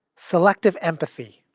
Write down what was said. selective empathy.